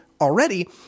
already